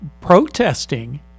protesting